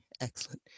excellent